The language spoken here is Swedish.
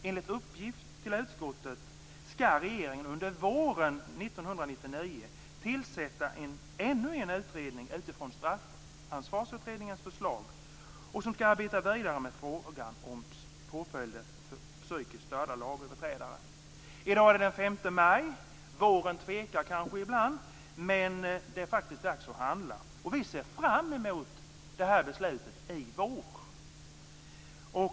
Enligt uppgift till utskottet skall regeringen under våren 1999 tillsätta ännu en utredning, utifrån Straffansvarsutredningens förslag, som skall arbeta vidare med frågan om påföljden för psykiskt störda lagöverträdare. I dag är det den 5 maj. Våren tvekar kanske ibland men det är faktiskt dags att handla. Vi ser fram emot det här beslutet i vår.